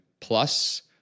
plus